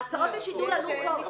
ההצעות לשידול עלו פה.